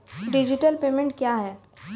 Digital payment क्या हैं?